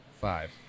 Five